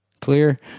Clear